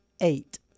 eight